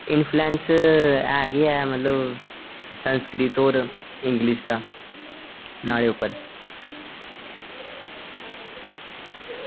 influence है गे है मतलब संस्कृत और इंग्लिश दा नुआढ़े उप्पर